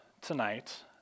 tonight